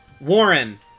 Warren